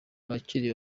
abakiri